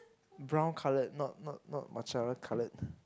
brown coloured not not not matcha coloured